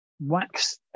Wax